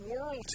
world